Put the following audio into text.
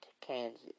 Kansas